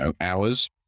hours